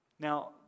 Now